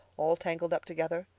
all tangled up together.